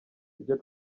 ibyo